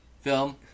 film